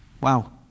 Wow